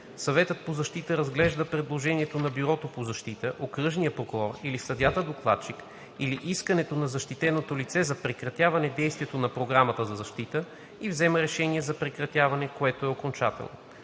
Съветът по защита разглежда предложението на Бюрото по защита, окръжния прокурор или съдията-докладчик или искането на защитеното лице за прекратяване действието на Програмата за защита и взема решение за прекратяване, което е окончателно.“